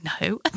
no